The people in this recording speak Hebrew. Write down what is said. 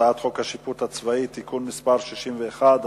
על הצעת חוק השיפוט הצבאי (תיקון מס' 61),